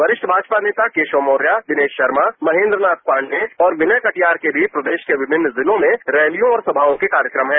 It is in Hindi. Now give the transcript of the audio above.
वरिष्ठ भाजपा नेता केशव मौर्या दिनेश शर्मा महेन्द्र नाथ पाण्डे और विनय कटियार के बीच प्रदेश के विभिन्न जिलों में रैलियों और सभायों के कार्यक्रम है